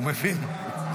הוא מבין.